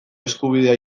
eskubidea